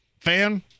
fan